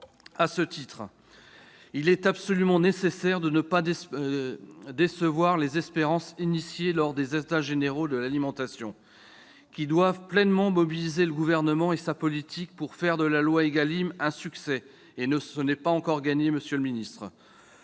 À ce titre, il est absolument nécessaire de ne pas décevoir les espérances nées lors des états généraux de l'alimentation, qui doivent pleinement mobiliser le Gouvernement pour faire de la loi ÉGALIM un succès. Ce n'est pas encore gagné, monsieur le ministre